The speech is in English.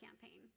Campaign